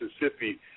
Mississippi